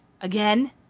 again